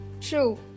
True